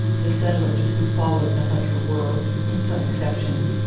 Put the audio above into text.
the settlers who followed the hunter were, with some exceptions,